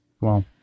Wow